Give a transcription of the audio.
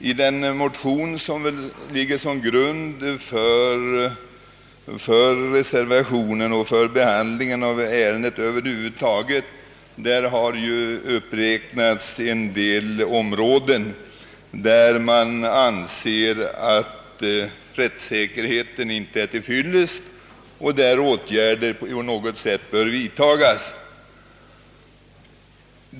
I den motion som ligger till grund för reservationen och för ärendets behandling här i kammaren har en del områden uppräknats, på vilka man anser att rättssäkerheten inte är till fyllest och åtgärder därför bör vidtas.